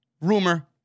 rumor